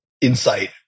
insight